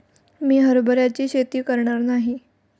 मी हरभऱ्याची शेती करणार नाही